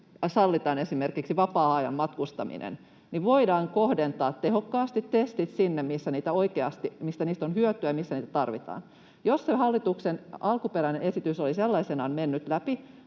sallitaan esimerkiksi vapaa-ajan matkustaminen, niin voidaan kohdentaa tehokkaasti testit sinne, missä niistä on oikeasti hyötyä ja missä niitä tarvitaan. Jos se hallituksen alkuperäinen esitys olisi sellaisenaan mennyt läpi,